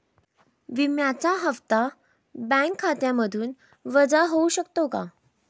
विम्याचा हप्ता बँक खात्यामधून वजा होऊ शकतो का?